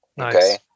okay